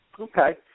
Okay